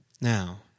Now